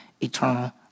eternal